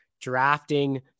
drafting